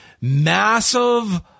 massive